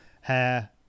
hair